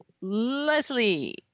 Leslie